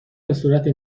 بهصورت